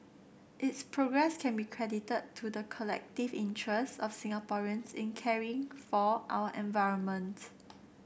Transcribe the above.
its progress can be credited to the collective interests of Singaporeans in caring for our environments